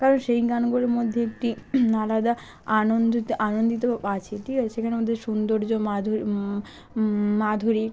কারণ সেই গানগুলোর মধ্যে একটি আলাদা আনন্দ আনন্দিত আছে ঠিক আছে সেখানে ওদের সুন্দর্য মাধুর মাধুরী